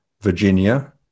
Virginia